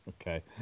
Okay